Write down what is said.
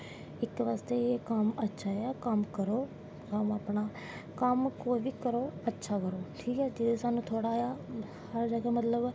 इत्तै बास्तै कम्म अच्छा ऐ कम्म करो कम्म कोई बी करो अच्छा करो जे साह्नू थोह्ड़ा साह्नू मतलव